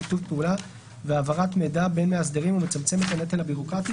שיתוף פעולה והעברת מידע בין מאסדרים ומצמצם את הנטל הבירוקרטי,